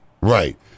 Right